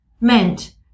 meant